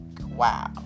wow